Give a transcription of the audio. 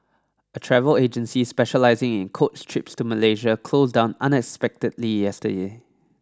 a travel agency specialising in coach trips to Malaysia closed down unexpectedly yesterday